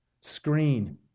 screen